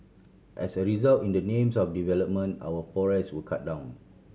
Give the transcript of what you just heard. as a result in the names of development our forests were cut down